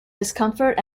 discomfort